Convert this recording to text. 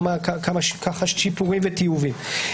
שיפורים וטיובים.